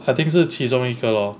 I think 是其中一个咯